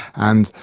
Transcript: and,